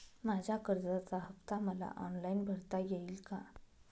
माझ्या कर्जाचा हफ्ता मला ऑनलाईन भरता येईल का?